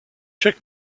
chuck